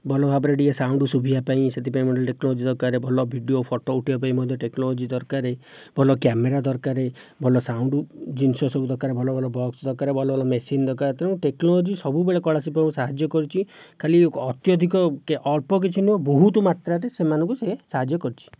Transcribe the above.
ଭଲ ଭାବରେ ଟିକିଏ ସାଉଣ୍ଡ ଶୁଭିବା ପାଇଁ ସେଥିପାଇଁ ମଧ୍ୟ ଟିକିଏ ଟେକ୍ନୋଲୋଜି ଦରକାର ଭଲ ଭିଡିଓ ଫଟୋ ଉଠିବା ପାଇଁ ମଧ୍ୟ ଟେକ୍ନୋଲୋଜି ଦରକାର ଭଲ କ୍ୟାମେରା ଦରକାର ଭଲ ସାଉଣ୍ଡ ଜିନିଷ ସବୁ ଦରକାର ଭଲ ଭଲ ବକ୍ସ ଦରକାର ଭଲ ଭଲ ମେସିନ୍ ଦରକାର ତେଣୁ ଟେକ୍ନୋଲୋଜି ସବୁବେଳେ କଳା ଶିଳ୍ପକୁ ସାହାଯ୍ୟ କରୁଛି ଖାଲି ଅତ୍ୟଧିକ କି ଅଳ୍ପ କିଛି ନୁହେଁ ବହୁତ ମାତ୍ରାରେ ସେମାନଙ୍କୁ ସେ ସାହାଯ୍ୟ କରିଛି